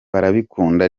barabikunda